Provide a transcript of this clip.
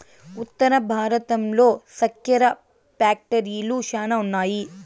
ఉత్తర భారతంలో సెక్కెర ఫ్యాక్టరీలు శ్యానా ఉన్నాయి